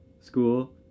school